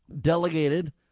delegated